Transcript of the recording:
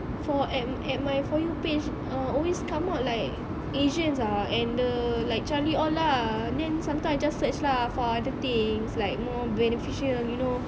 for at at my for you page ah always come out like asians ah and the like charli all lah then sometime I just search lah for other things like more beneficial you know